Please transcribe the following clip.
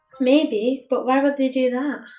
maybe, but why would they do that?